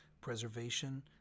preservation